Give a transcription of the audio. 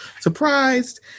surprised